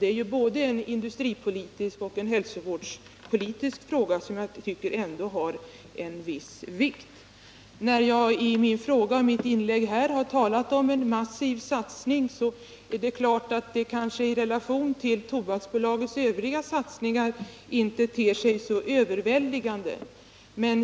Det är ju både en hälsovårdspolitisk och en industripolitisk fråga, som jag anser är av viss vikt. Närjag i min fråga och mitt inlägg här har talat om en massiv satsning är det klart att den i relation till Tobaksbolagets övriga verksamhet inte ter sig särskilt överväldigande.